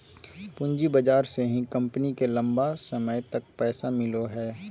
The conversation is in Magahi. पूँजी बाजार से ही कम्पनी के लम्बा समय तक पैसा मिलो हइ